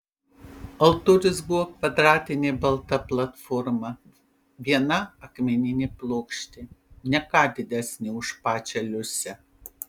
altorius buvo kvadratinė balta platforma viena akmeninė plokštė ne ką didesnė už pačią liusę